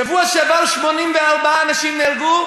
בשבוע שעבר, 84 אנשים נהרגו,